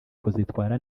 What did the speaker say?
kuzitwara